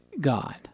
God